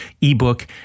ebook